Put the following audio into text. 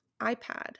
iPad